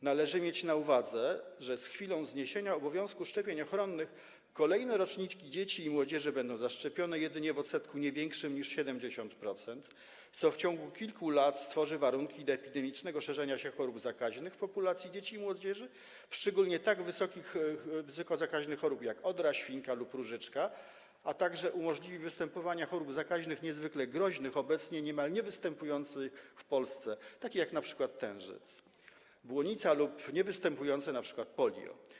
Należy mieć na uwadze, że po zniesieniu obowiązku szczepień ochronnych kolejne roczniki dzieci i młodzieży będą zaszczepione jedynie w odsetku nie większym niż 70%, co w ciągu kilku lat stworzy warunki do epidemicznego szerzenia się chorób zakaźnych w populacji dzieci i młodzieży, szczególnie tak wysoko zakaźnych chorób, jak odra, świnka lub różyczka, a także umożliwi występowanie chorób zakaźnych niezwykle groźnych, obecnie niemal niewystępujących w Polsce, takich jak np. tężec, błonica lub polio.